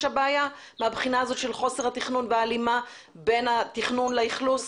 הבעיה מהבחינה הזאת של חוסר התכנון וההלימה בין התכנון לאכלוס?